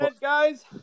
Guys